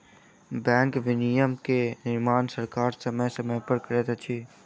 bank विनियमन के निर्माण सरकार समय समय पर करैत अछि